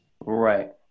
Right